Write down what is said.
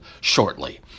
shortly